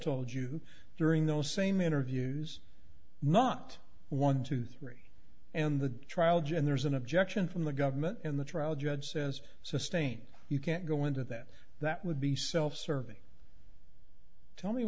told you during those same interviews not one to three in the trial judge and there's an objection from the government in the trial judge says sustain you can't go into that that would be self serving tell me